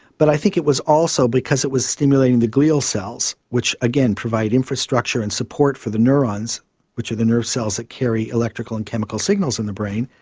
but i think it was also because it was stimulating the glial cells, which again provide infrastructure and support for the neurons which are the nerve cells which carry electrical and chemical signals in the brain.